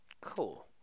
Cool